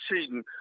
cheating